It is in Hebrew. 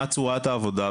מה צורת העבודה,